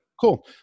Cool